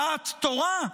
דעת תורה?